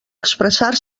expressar